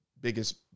biggest